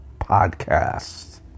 podcast